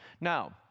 Now